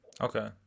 Okay